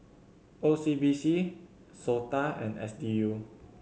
O C B C SOTA and S D U